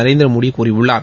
நரேந்திரமோடி கூறியுள்ளார்